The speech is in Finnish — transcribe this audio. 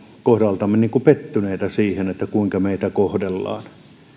kohdaltamme pettyneitä siihen kuinka meitä kohdellaan